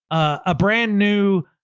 a brand new,